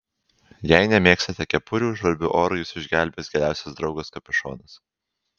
jei nemėgstate kepurių žvarbiu oru jus išgelbės geriausias draugas kapišonas